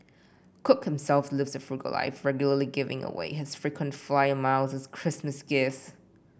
cook himself lives a frugal life regularly giving away his frequent flyer miles as Christmas gifts